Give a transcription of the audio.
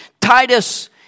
Titus